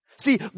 See